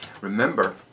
Remember